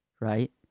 right